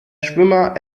schwimmer